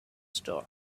star